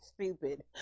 stupid